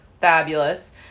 fabulous